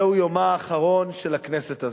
זהו יומה האחרון של הכנסת הזאת.